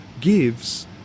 gives